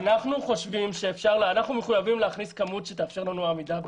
אנחנו מחויבים להכניס כמות שתאפשר לנו עמידה ביעד.